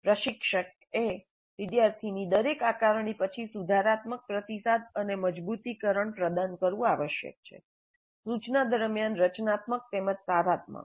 પ્રશિક્ષકએ વિદ્યાર્થી ની દરેક આકારણી પછી સુધારાત્મક પ્રતિસાદ અને મજબૂતીકરણ પ્રદાન કરવું આવશ્યક છે સૂચના દરમિયાન રચનાત્મક તેમજ સારાત્મક